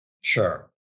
Sure